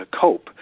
cope